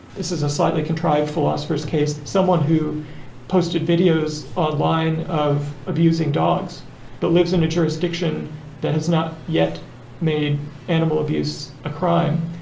this is a slightly contrived philosopher's case, someone who posted videos online of abusing dogs but lives in a jurisdiction that has not yet made animal abuse a crime.